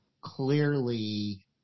clearly